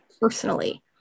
personally